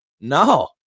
no